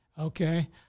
Okay